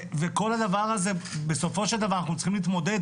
וכל הדבר הזה, בסופו של דבר אנחנו צריכים להתמודד.